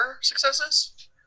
successes